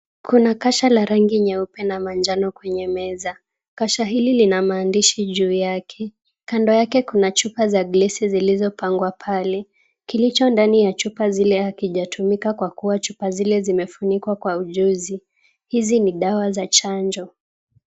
Kuna kasha la rangi nyeupe na manjano kwenye meza. Kasha hili lina maandishi juu yake. Kando yake kuna chupa za glesi zilizopangwa pale. Kilicho ndani ni chupa zile hakijatumika kwa kuwa chupa zile zimefunikwa kwa ujuzi. Hizi ni dawa za chanjo.